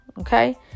Okay